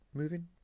moving